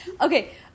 Okay